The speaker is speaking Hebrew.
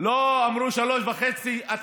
אמרתם שלוש וחצי שנים.